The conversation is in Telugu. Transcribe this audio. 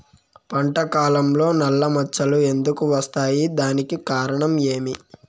పంట కాలంలో నల్ల మచ్చలు ఎందుకు వస్తాయి? దానికి కారణం ఏమి?